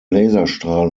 laserstrahl